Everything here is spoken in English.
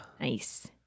nice